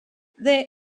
they